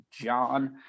John